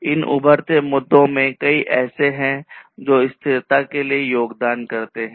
इन उभरते मुद्दों में से कई ऐसे हैं जो स्थिरता के लिए योगदान करते हैं